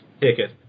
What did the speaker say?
ticket